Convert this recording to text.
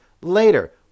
later